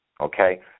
Okay